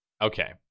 okay